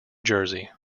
jersey